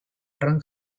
trunk